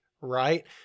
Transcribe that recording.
right